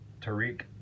Tariq